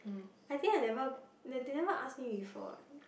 I think I never th~ they never ask me before